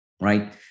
right